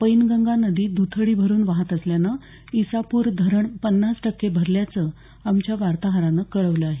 पैनगंगा नदी दुथडी भरून वाहत असल्यानं इसापूर धरण पन्नास टक्के भरल्याचं आमच्या वार्ताहरानं कळवलं आहे